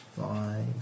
five